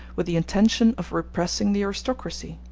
with the intention of repressing the aristocracy.